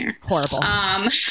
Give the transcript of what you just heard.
Horrible